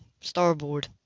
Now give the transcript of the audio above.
Starboard